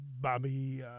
Bobby